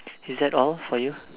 is that all for you